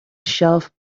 shelf